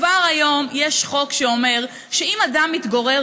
כבר היום יש חוק שאומר שאם אדם מתגורר